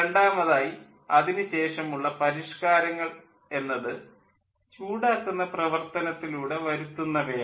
രണ്ടാമതായി അതിനു ശേഷമുള്ള പരിഷ്ക്കാരങ്ങൾ എന്നത് ചൂടാക്കുന്ന പ്രവർത്തനത്തിലൂടെ വരുത്തുന്നവയാണ്